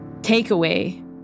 takeaway